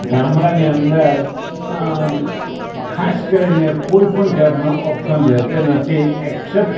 ગામડાની અંદર ખાસ કરીને કોઈપણ જાતનો ઓપ્શન રહેતો નથી એક્સૈપ્ટ